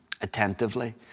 attentively